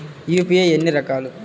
UPI ఎన్ని రకాలు?